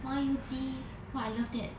麻油鸡 !wah! I love that